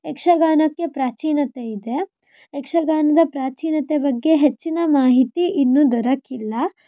ಯಕ್ಷಗಾನಕ್ಕೆ ಪ್ರಾಚೀನತೆ ಇದೆ ಯಕ್ಷಗಾನದ ಪ್ರಾಚೀನತೆ ಬಗ್ಗೆ ಹೆಚ್ಚಿನ ಮಾಹಿತಿ ಇನ್ನೂ ದೊರಕಿಲ್ಲ